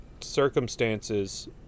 circumstances